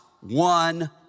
one